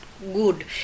good